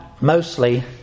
mostly